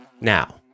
Now